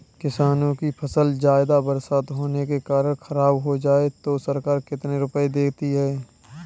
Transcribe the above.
किसानों की फसल ज्यादा बरसात होने के कारण खराब हो जाए तो सरकार कितने रुपये देती है?